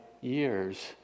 years